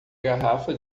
garrafa